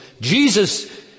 Jesus